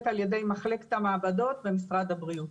על ידי מחלקת המעבדות במשרד הבריאות.